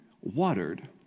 watered